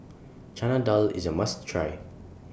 Chana Dal IS A must Try